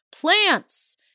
plants